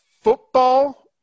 Football